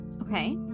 Okay